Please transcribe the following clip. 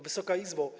Wysoka Izbo!